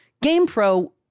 GamePro